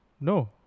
No